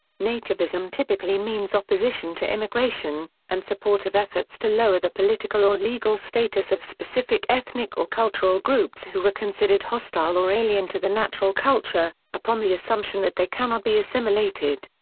nativism typically means opposition to immigration, and support of efforts to lower the political or legal status of specific ethnic or cultural groups who are considered hostile or alien to the natural culture, upon the assumption that they cannot be assimilated.